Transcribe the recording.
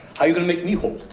how you gonna make me hold?